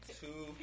two